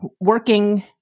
working